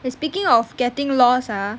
speaking of getting lost ah